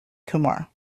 kumar